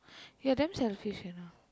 you're damn selfish you know